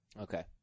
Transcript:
Okay